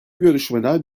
görüşmeler